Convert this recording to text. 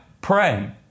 praying